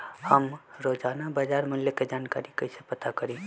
हम रोजाना बाजार मूल्य के जानकारी कईसे पता करी?